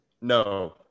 No